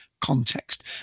context